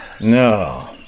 No